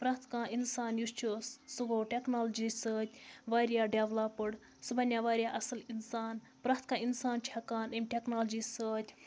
پرٛٮ۪تھ کانٛہہ اِنسان یُس چھِ سُہ گوٚو ٹٮ۪کنالجی سۭتۍ واریاہ ڈٮ۪ولَپٕڈ سُہ بَنیو واریاہ اَصٕل اِنسان پرٛٮ۪تھ کانٛہہ اِنسان چھِ ہٮ۪کان اَمہِ ٹٮ۪کنالجی سۭتۍ